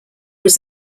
was